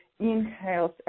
Inhales